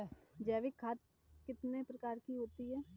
जैविक खाद कितने प्रकार की होती हैं?